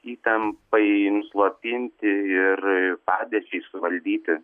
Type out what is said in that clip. įtampai nuslopinti ir ir padėčiai suvaldyti